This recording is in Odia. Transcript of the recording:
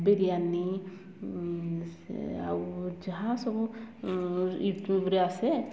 ବିରିୟାନୀ ସେ ଆଉ ଯାହା ସବୁ ୟୁଟ୍ୟୁବରେ ଆସେ